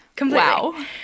Wow